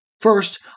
First